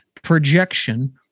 projection